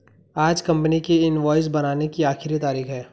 आज कंपनी की इनवॉइस बनाने की आखिरी तारीख है